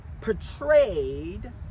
portrayed